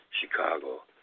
Chicago